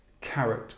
carrot